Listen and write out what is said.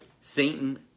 Satan